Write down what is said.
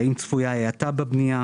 האם צפויה האטה בבנייה?